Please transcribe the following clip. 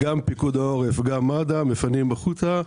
פיקוד העורף וגם מד"א מפנים החוצה.